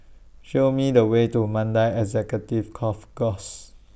Show Me The Way to Mandai Executive Golf Course